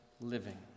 living